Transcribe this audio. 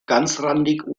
ganzrandig